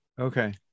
okay